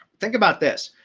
think about this,